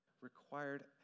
required